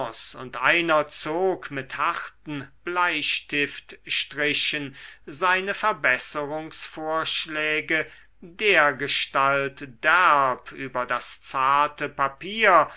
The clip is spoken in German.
und einer zog mit harten bleistiftstrichen seine verbesserungsvorschläge dergestalt derb über das zarte papier